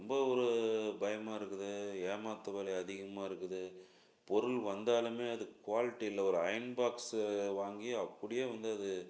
ரொம்ப ஒரு பயமாக இருக்குது ஏமாற்று வேலை அதிகமாக இருக்குது பொருள் வந்தாலுமே அது குவாலிட்டி இல்லை ஒரு அயன் பாக்ஸு வாங்கி அப்படியே வந்து அது